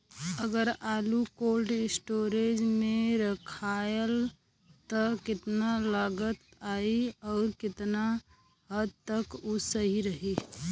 अगर आलू cold storage में रखायल त कितना लागत आई अउर कितना हद तक उ सही रही?